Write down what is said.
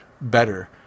better